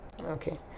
Okay